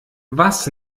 was